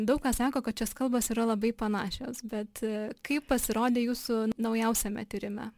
daug kas sako kad šios kalbos yra labai panašios bet kaip pasirodė jūsų naujausiame tyrime